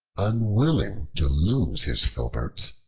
unwilling to lose his filberts,